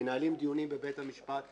מנהלים דיונים בבית המשפט,